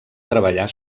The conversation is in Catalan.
treballar